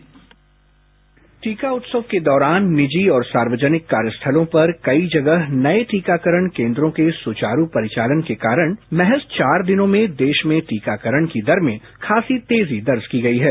sound bite टीका उत्सव के दौरान दोनों निजी और सार्यजनिक कार्यस्थलों पर कई जगह नए टीकाकरण केंद्रों के सुचारु परिचालन के कारण महज चार दिनों में देश में टीकाकरण की दर में खासी तेजी दर्ज की गई है